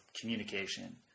communication